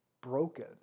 broken